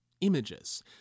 images